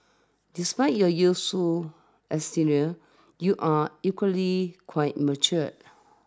despite your youthful exterior you are equally quite mature